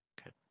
Okay